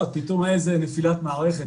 בסופו של דבר,